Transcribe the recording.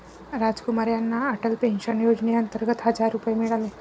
रामकुमार यांना अटल पेन्शन योजनेअंतर्गत हजार रुपये मिळाले